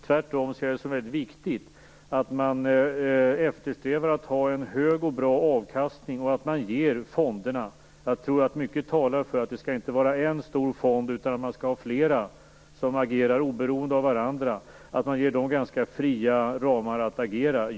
Tvärtom ser jag det som väldigt viktigt att man eftersträvar en hög och bra avkastning. Mycket talar för att det inte skall vara en stor fond, utan att man skall ha flera som agerar oberoende av varandra. Man skall ge fonderna ganska fria ramar att agera.